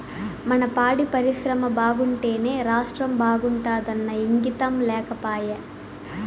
మన పాడి పరిశ్రమ బాగుంటేనే రాష్ట్రం బాగుంటాదన్న ఇంగితం లేకపాయే